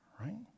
right